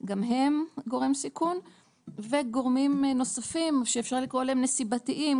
גם הם גורם סיכון וגורמים נוספים שאפשר לקרוא להם נסיבתיים,